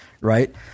right